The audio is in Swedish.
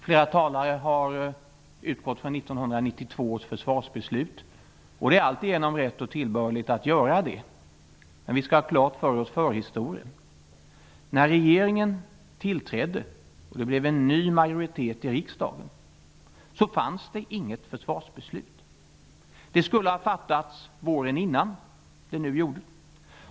Flera talare har utgått från 1992 års försvarsbeslut. Det är alltigenom rätt och tillbörligt att göra det, men vi skall ha klart för oss förhistorien. När regeringen tillträdde och det blev en ny majoritet i riksdagen fanns det inget försvarsbeslut. Det skulle ha fattas våren innan.